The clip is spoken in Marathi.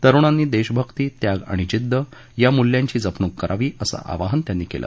तरुणांनी देशभक्ती त्याग आणि जिद्द या मूल्यांची जपणूक करावी असं आवाहन त्यांनी केलं